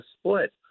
split